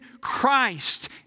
Christ